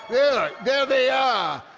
yeah there they are!